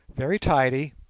very tidy,